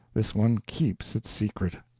this one keeps its secret.